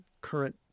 current